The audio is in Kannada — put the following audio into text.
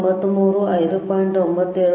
93 5